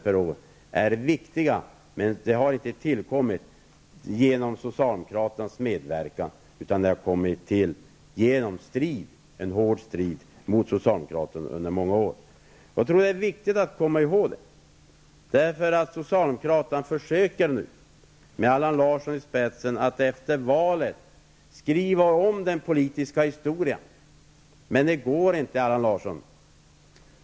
per år är viktiga, men de har inte tillkommit genom socialdemokraternas medverkan, utan de har tillkommit genom hård strid mot socialdemokraterna under många år. Jag tror det är viktigt att komma ihåg detta, för socialdemokraterna försöker nu, med Allan Larsson i spetsen, att efter valet skriva om den politiska historien. Men det går inte, Allan Larsson.